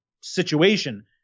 situation